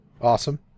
Awesome